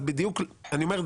אז אני אומר,